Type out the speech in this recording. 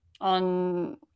on